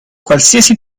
qualsiasi